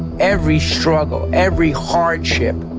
every struggle, every hardship,